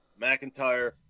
McIntyre